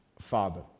father